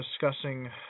discussing